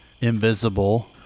invisible